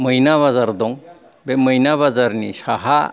मैना बाजार दं बे मैना बाजारनि साहा